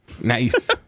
Nice